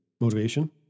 motivation